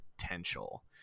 potential